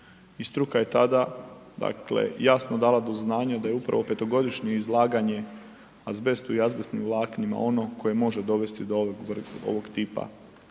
I struka je tada dakle jasno dala do znanja da je upravo 5-to godišnje izlaganje azbestu i azbestnim vlaknima ono koje može dovesti do ovog tipa